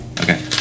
Okay